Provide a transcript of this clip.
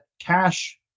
cash